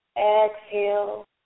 Exhale